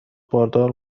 باردار